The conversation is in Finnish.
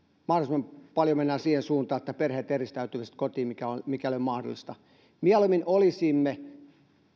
mahdollisimman paljon menemme siihen suuntaan että perheet eristäytyisivät kotiin mikäli on mahdollista mieluimmin olisimme